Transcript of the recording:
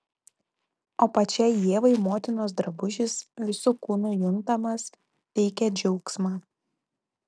o pačiai ievai motinos drabužis visu kūnu juntamas teikė džiaugsmą